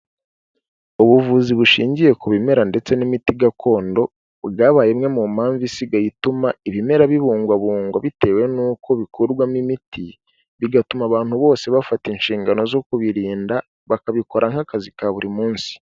Ubuvuzi bushingiye ku bimera ndetse n'imiti gakondo, bwabaye imwe mu mpamvu isigaye ituma ibimera bibungwabungwa bitewe nuko bikurwamo imiti, bigatuma abantu bose bafata inshingano zo kubirinda bakabikora nk'akazi ka buri munsi.